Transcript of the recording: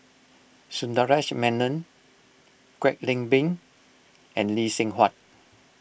Sundaresh Menon Kwek Leng Beng and Lee Seng Huat